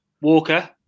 Walker